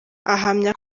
ahamya